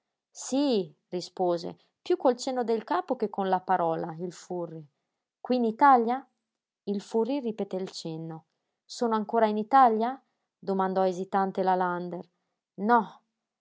sí rispose piú col cenno del capo che con la parola il furri qui in italia il furri ripeté il cenno sono ancora in italia domandò esitante la lander no